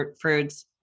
fruits